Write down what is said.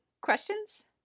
questions